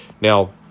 Now